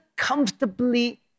comfortably